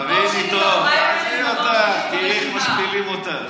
תביני טוב, עזבי אותך, תראי איך משפילים אותך.